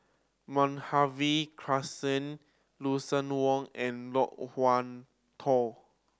Madhavi Krishnan Lucien Wang and Loke Wan Tho